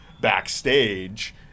backstage